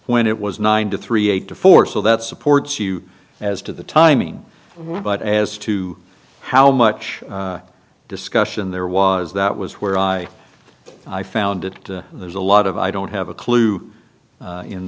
when it was nine to three eight to four so that supports you as to the timing but as to how much discussion there was that was where i i found it there's a lot of i don't have a clue